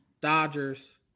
Dodgers